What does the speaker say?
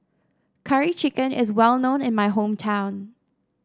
Curry Chicken is well known in my hometown